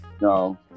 no